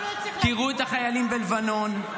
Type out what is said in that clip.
תראו את החיילים בלבנון.